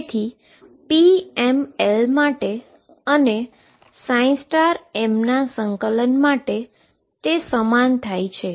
તેથી pml માટે અને mના ઈન્ટીગ્રેશન માટે તે સમાન થાય છે